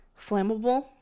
flammable